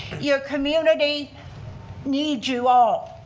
your community needs you all.